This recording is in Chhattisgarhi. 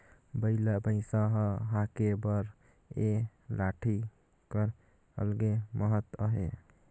बइला भइसा ल हाके बर ए लाठी कर अलगे महत अहे